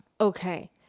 Okay